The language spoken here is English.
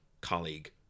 colleague